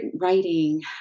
writing